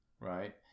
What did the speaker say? right